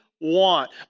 want